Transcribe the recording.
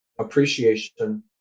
appreciation